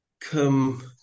come